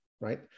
right